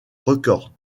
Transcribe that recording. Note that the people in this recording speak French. records